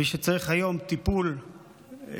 מי שצריך היום טיפול בשפ"ח,